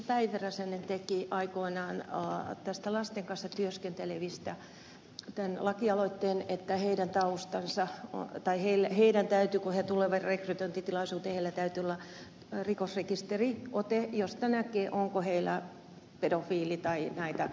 päivi räsänen teki aikoinaan näistä lasten kanssa työskentelevistä lakialoitteen että heillä täytyy olla kun he tulevat rekrytointitilaisuuteen rikosrekisteriote josta näkee onko heillä pedofiili tai näitä tuomioita